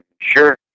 sure